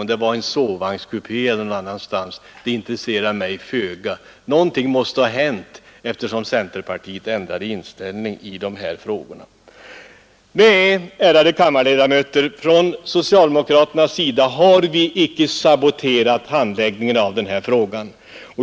Om det var i en sovvagnskupé eller någon annanstans intresserar mig föga. Någonting måste ha hänt eftersom centerpartiet ändrade inställning i dessa frågor. Nej, ärade kammarledamöter, vi socialdemokrater har inte saboterat handläggningen av denna fråga.